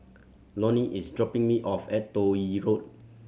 Loni is dropping me off at Toh Yi Road